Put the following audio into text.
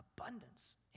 abundance